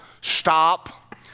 Stop